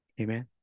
Amen